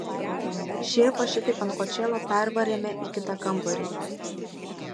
šėpą šitaip ant kočėlo pervarėme į kitą kambarį